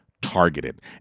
targeted